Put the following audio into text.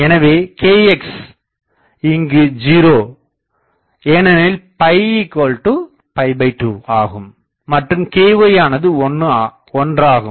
எனவே kx இங்கு 0 ஏனெனில் 2 ஆகும் மற்றும் ky யானது 1 ஆகும்